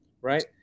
right